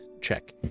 check